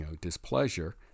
displeasure